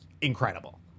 incredible